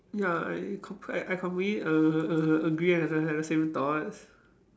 ya I complete~ I I completely a~ a~ agree and had had the same thoughts